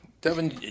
Devin